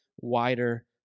wider